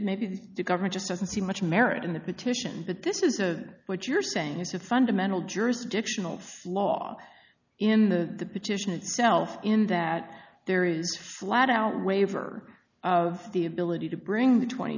maybe the government just doesn't see much merit in the petition but this is a what you're saying is a fundamental jurisdictional flaw in the petition itself in that there is flat out waiver of the ability to bring the twenty